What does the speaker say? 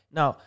Now